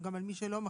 גם על מי שלא מחזיק,